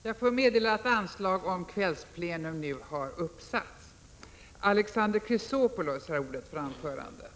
Jag får meddela att anslag nu har satts upp om att detta sammanträde skall fortsätta efter kl. 19.00.